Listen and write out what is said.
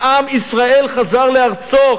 עם ישראל חזר לארצו,